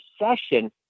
recession